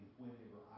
whenever